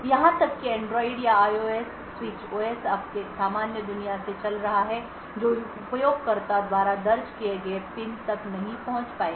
यहां तक कि एंड्रॉइड या आईओएस स्विच ओएस आपके सामान्य दुनिया से चल रहा है जो उपयोगकर्ता द्वारा दर्ज किए गए पिन तक नहीं पहुंच पाएगा